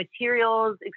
materials